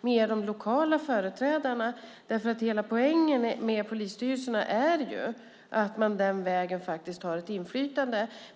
med de lokala företrädarna? Hela poängen med polisstyrelserna är ju att man har ett inflytande den vägen.